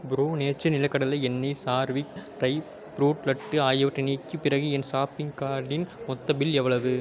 bro nature நிலக்கடலை எண்ணெய் சார்விக் ட்ரை ஃப்ரூட் லட்டு ஆகியவற்றை நீக்கிய பிறகு என் ஷாப்பிங் கார்ட்டின் மொத்த பில் எவ்வளவு